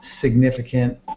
significant